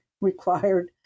required